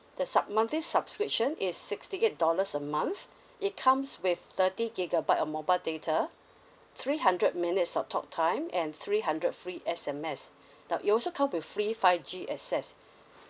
the sub~ monthly subscription is sixty eight dollars a month it comes with thirty gigabyte of mobile data three hundred minutes of talk time and three hundred free S_M_S now it also come with free five G access